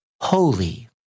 holy